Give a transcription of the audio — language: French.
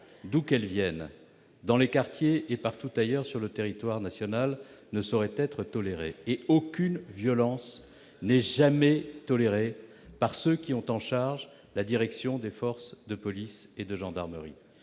d'où qu'elle vienne, dans les quartiers et partout ailleurs sur le territoire national, ne saurait être tolérée. Aucune violence n'est jamais tolérée par ceux qui sont chargés de la direction des forces de police et de gendarmerie.